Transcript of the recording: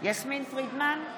יסמין פרידמן,